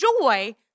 joy